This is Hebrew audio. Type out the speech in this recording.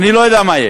אני לא יודע מה יש,